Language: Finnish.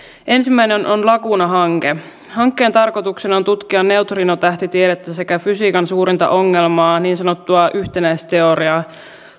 ensimmäinen on laguna hanke hankkeen tarkoituksena on tutkia neutrinotähtitiedettä sekä fysiikan suurinta ongelmaa niin sanottua yhtenäisteoriaa